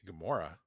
Gamora